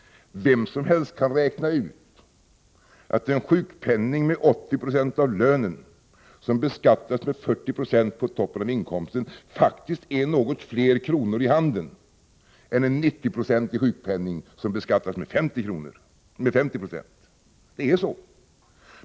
Vem som helst kan räkna ut att en sjukpenning med 80 26 av lönen som beskattas med 40 26 på toppen av inkomsten faktiskt ger något fler kronor i handen än en 90-procentig sjukpenning som beskattas med 50 26. Det är så.